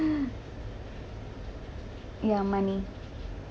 ya money